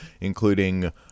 including